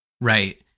Right